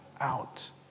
out